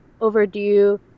overdue